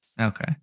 Okay